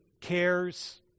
cares